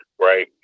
right